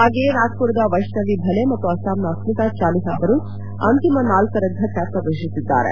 ಹಾಗೆಯೇ ನಾಗ್ದರದ ವೈಷ್ಟವಿ ಭಲೆ ಮತ್ತು ಅಸ್ನಾಂನ ಅಸ್ಕಿತಾ ಚಾಲಿಹ ಅವರು ಅಂತಿಮ ನಾಲ್ಕರ ಫಟ್ಟ ಪ್ರವೇಶಿಸಿದ್ದಾರೆ